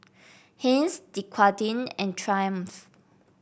Heinz Dequadin and Triumph